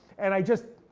and i just.